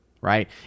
right